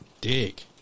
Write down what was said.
dick